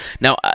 Now